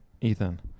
Ethan